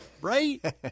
Right